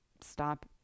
stop